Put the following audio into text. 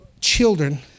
children